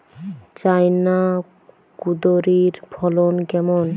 China কুঁদরীর ফলন কেমন?